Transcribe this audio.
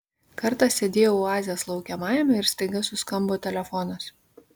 kartą sėdėjau oazės laukiamajame ir staiga suskambo telefonas